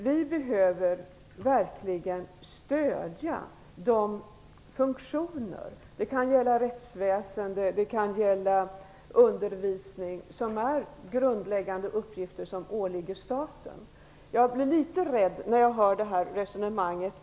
Vi behöver verkligen stödja de funktioner - det kan gälla rättsväsende, det kan gälla undervisning - som är grundläggande uppgifter för staten. Jag blir litet rädd när jag hör resonemanget här.